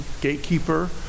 gatekeeper